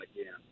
again